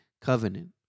covenant